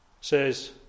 says